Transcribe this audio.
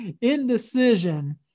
Indecision